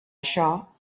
això